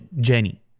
Jenny